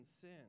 sin